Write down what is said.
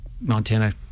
Montana